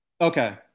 Okay